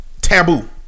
Taboo